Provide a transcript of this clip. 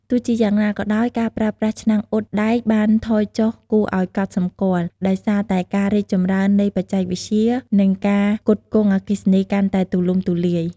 ទោះជាយ៉ាងណាក៏ដោយ ការប្រើប្រាស់ឆ្នាំងអ៊ុតដែកបានថយចុះគួរឱ្យកត់សម្គាល់ ដោយសារតែការរីកចម្រើននៃបច្ចេកវិទ្យា និងការផ្គត់ផ្គង់អគ្គិសនីកាន់តែទូលំទូលាយ។